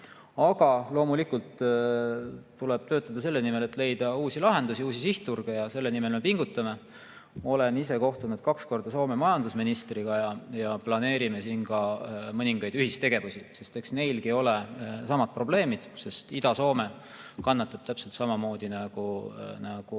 Loomulikult tuleb töötada selle nimel, et leida uusi lahendusi, uusi sihtturge, ja selle nimel me pingutame. Olen kohtunud kaks korda Soome majandusministriga ja planeerime ka mõningaid ühistegevusi, sest eks neilgi ole samad probleemid. Ida-Soome kannatab täpselt samamoodi,